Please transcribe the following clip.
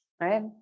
right